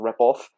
ripoff